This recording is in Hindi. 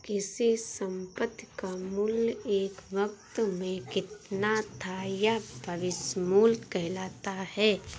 किसी संपत्ति का मूल्य एक वक़्त में कितना था यह भविष्य मूल्य कहलाता है